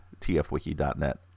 tfwiki.net